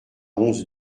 onze